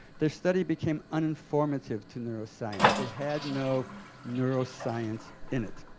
their study became uninformative to neuroscience. it had no neuroscience in it.